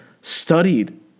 studied